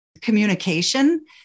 communication